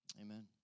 Amen